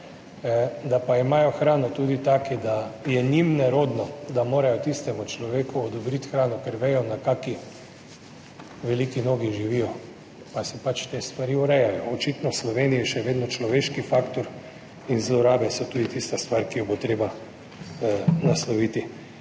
da pa imajo hrano tudi taki, da je njim nerodno, da morajo tistemu človeku odobriti hrano, ker vedo, na kako veliki nogi živijo, ampak si pač te stvari urejajo. Očitno so v Sloveniji še vedno človeški faktor in zlorabe tista stvar, ki jo bo treba nasloviti.